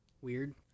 Weird